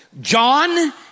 John